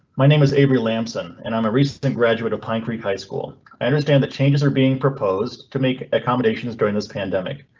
my name is avery lamson, and i'm a recent graduate of pine creek high school i understand that changes are being proposed to make accommodations during this pandemic.